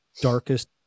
darkest